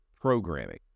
programming